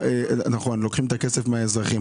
נכון, לוקחים את הכסף מהאזרחים.